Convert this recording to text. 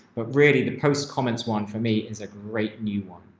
but really the post comments one for me is a great new one.